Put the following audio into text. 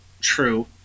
True